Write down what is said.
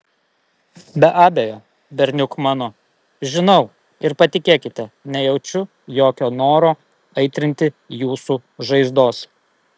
be abejo berniuk mano žinau ir patikėkite nejaučiu jokio noro aitrinti jūsų žaizdos